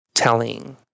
Telling